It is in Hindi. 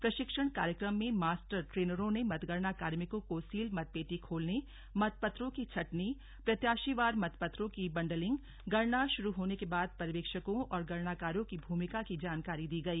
प्रशिक्षण कार्यक्रम में मास्टर ट्रेनरों ने मतगणना कार्मिकों को सील मतपेटी खोलने मतपत्रों की छंटनी प्रत्याशीवार मतपत्रों की बंडलिंग गणना शुरू होने के बाद पर्यवेक्षकों और गणनाकारों की भूमिका की जानकारी दी गई